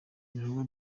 ibikorwa